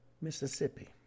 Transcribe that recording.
Mississippi